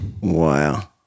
Wow